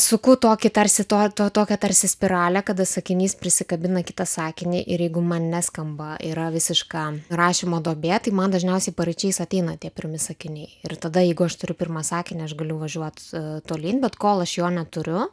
suku tokį tarsi to to tokią tarsi spiralę kada sakinys prisikabina kitą sakinį ir jeigu man neskamba yra visiška rašymo duobė tai man dažniausiai paryčiais ateina tie pirmi sakiniai ir tada jeigu aš turiu pirmą sakinį aš galiu važiuot tolyn bet kol aš jo neturiu